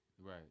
Right